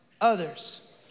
others